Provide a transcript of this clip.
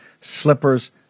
Slippers